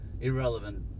irrelevant